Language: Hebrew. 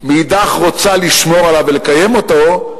ומאידך רוצה לשמור עליו ולקיים אותו,